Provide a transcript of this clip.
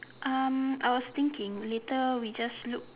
um I was thinking later we just look